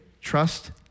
trust